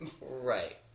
right